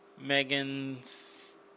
Megan's